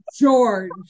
George